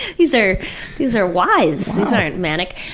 these are these are wise. these aren't manic.